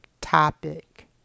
topic